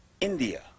India